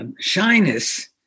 shyness